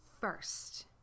first